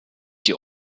die